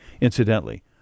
Incidentally